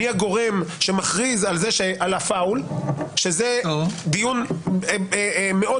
מי הגורם שמכריז על ה-פאוול שזה דיון מאוד